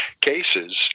cases